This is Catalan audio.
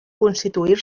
constituir